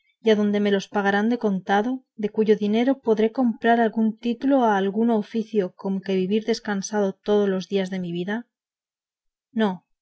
y adonde me los pagarán de contado de cuyo dinero podré comprar algún título o algún oficio con que vivir descansado todos los días de mi vida no